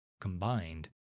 Combined